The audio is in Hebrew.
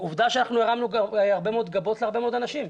עובדה שאנחנו הרמנו הרבה מאוד גבות להרבה מאוד אנשים.